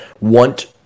want